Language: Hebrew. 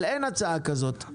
אבל אין הצעה כזאת,